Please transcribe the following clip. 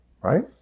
right